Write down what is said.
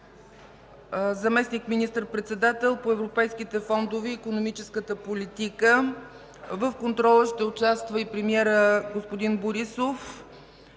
заместник министър председател по европейските фондове и икономическата политика. В контрола ще участва и премиерът господин Борисов.